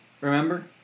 remember